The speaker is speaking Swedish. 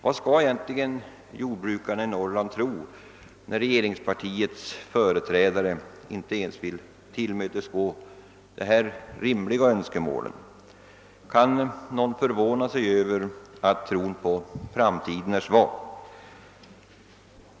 Vad skall jordbrukarna i Norrland egentligen tro när regeringspartiets företrädare inte ens vill tillmötesgå dessa rimliga önskemål? Kan någon förvåna sig över att tron på framtiden är svag?